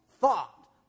thought